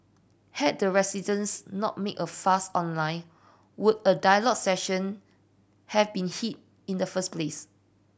had the residents not made a fuss online would a dialogue session have been in the first place